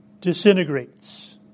disintegrates